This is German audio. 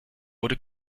wurde